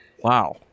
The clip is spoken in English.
Wow